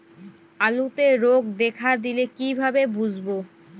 আলুতে রোগ দেখা দিলে কিভাবে বুঝবো?